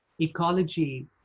ecology